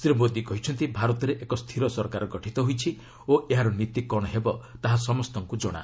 ଶ୍ରୀ ମୋଦି କହିଛନ୍ତି ଭାରତରେ ଏକ ସ୍ଥିର ସରକାର ଗଠିତ ହୋଇଛି ଓ ଏହାର ନୀତି କ'ଣ ହେବ ତାହା ସମସ୍ତଙ୍କୁ ଜଣା